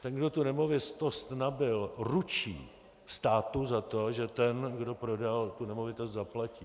Ten, kdo tu nemovitost nabyl, ručí státu za to, že ten, kdo prodal tu nemovitost, zaplatí.